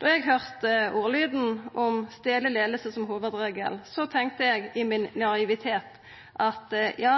eg høyrde ordlyden om stadleg leiing som hovudregel, tenkte eg i min naivitet at ja,